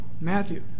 Matthew